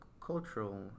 cultural